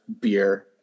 beer